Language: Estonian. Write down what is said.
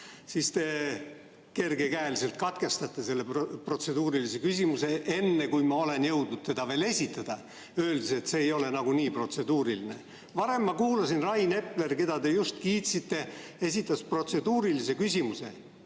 siis te kergekäeliselt katkestate selle protseduurilise küsimuse enne, kui ma olen jõudnud seda veel esitada, öeldes, et see ei ole nagunii protseduuriline. Ma kuulasin, kui Rain Epler, keda te just kiitsite, esitas protseduurilise küsimuse.